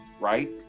Right